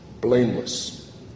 blameless